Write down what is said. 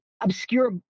obscure